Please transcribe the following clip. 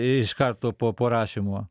iš karto po parašymo